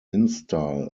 install